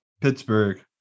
Pittsburgh